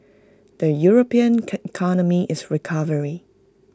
the european is recovering